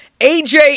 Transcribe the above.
AJ